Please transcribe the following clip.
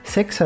Sex